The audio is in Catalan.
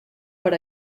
per